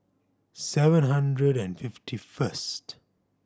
seven hundred and fifty first